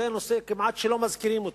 זה נושא שכמעט לא מזכירים אותו,